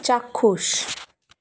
চাক্ষুষ